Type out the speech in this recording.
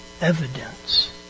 evidence